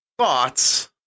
Thoughts